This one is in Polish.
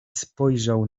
spojrzał